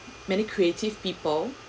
many creative people